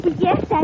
Yes